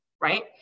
right